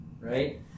right